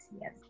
Yes